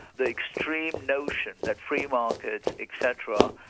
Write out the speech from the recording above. the extreme notion that free markets etc.